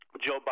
Joe